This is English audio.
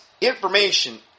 information